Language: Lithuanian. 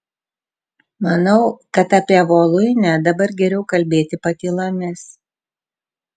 manau kad apie voluinę dabar geriau kalbėti patylomis